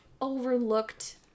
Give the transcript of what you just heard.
overlooked